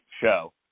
show